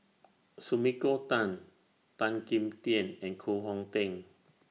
Sumiko Tan Tan Kim Tian and Koh Hong Teng